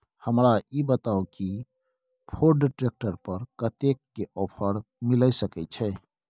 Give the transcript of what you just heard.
हमरा ई बताउ कि फोर्ड ट्रैक्टर पर कतेक के ऑफर मिलय सके छै?